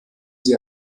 sie